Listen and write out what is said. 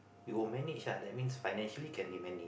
we will manage ah that means financially can be manage